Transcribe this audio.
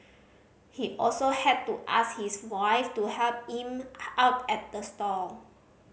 he also had to ask his wife to help him out at the stall